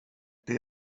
det